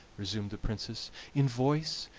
resumed the princess in voice,